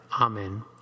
Amen